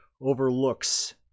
overlooks